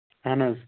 اَہن حظ